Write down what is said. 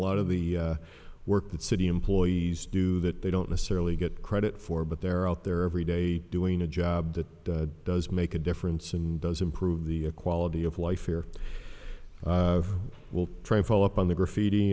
lot of the work that city employees do that they don't necessarily get credit for but they're out there every day doing a job that does make a difference and does improve the quality of life here will try to follow up on the graffiti